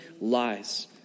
lies